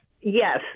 Yes